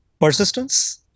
Persistence